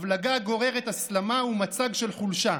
הבלגה גוררת הסלמה ומצג של חולשה.